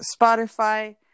Spotify